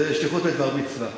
זו שליחות לדבר מצווה.